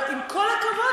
אבל עם כל הכבוד,